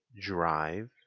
drive